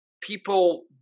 people